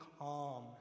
calm